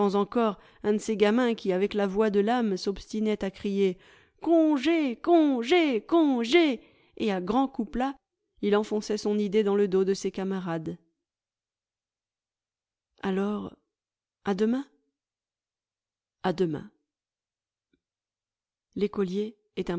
encore un de ces gamins qui avec la voix de l'âme s'obstinait à crier congé congé congé et à grands coups plats il enfonçait son idée dans le dos de ses camarades alors à demain a demain l'écolier est